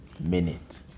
minute